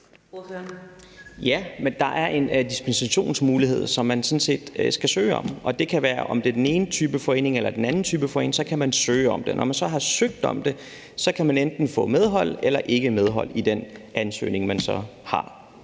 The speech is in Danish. Ja, der er en dispensationsmulighed, som man skal søge om. I forhold til om det er den ene type forening eller den anden type forening, er det noget, man kan søge om. Når man så har søgt om det, kan man enten få medhold eller ej på baggrund af den ansøgning, man så har